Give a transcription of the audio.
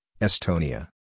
Estonia